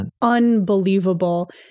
unbelievable